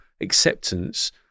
acceptance